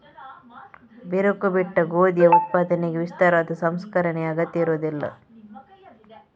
ಬಿರುಕು ಬಿಟ್ಟ ಗೋಧಿಯ ಉತ್ಪಾದನೆಗೆ ವಿಸ್ತಾರವಾದ ಸಂಸ್ಕರಣೆಯ ಅಗತ್ಯವಿರುವುದಿಲ್ಲ